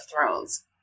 Thrones